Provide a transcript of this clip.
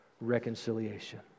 reconciliation